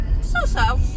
so-so